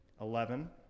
eleven